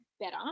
better